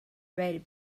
rated